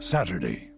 Saturday